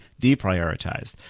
deprioritized